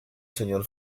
señor